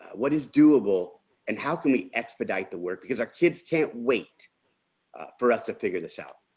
what is doable and how can we expedite the work because our kids can't wait for us to figure this out.